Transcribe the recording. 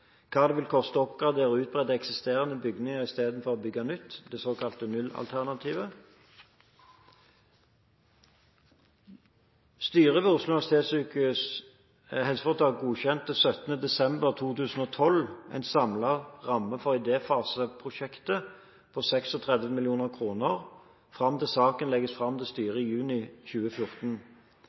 hva det vil koste å oppgradere og utbedre eksisterende bygninger i stedet for å bygge nytt – det såkalte nullalternativet. Styret ved Oslo universitetssykehus HF godkjente 17. desember 2012 en samlet ramme for idéfaseprosjektet på 36 mill. kr fram til saken legges fram for styret i juni 2014.